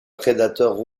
prédateur